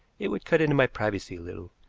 it would cut into my privacy a little,